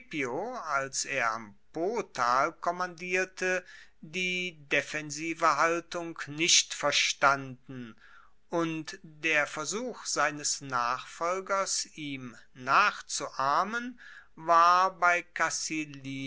als er im potal kommandierte die defensive haltung nicht verstanden und der versuch seines nachfolgers ihn nachzuahmen war bei